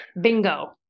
Bingo